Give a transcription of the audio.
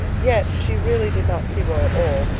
yet she really did not see roy at all.